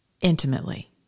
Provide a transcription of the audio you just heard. intimately